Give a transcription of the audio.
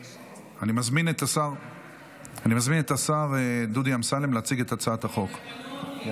אני קובע כי הצעת חוק חדלות פירעון ושיקום כלכלי (תיקון מס' 4,